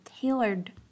tailored